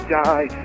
die